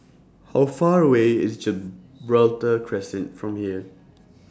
How Far away IS Gibraltar Crescent from here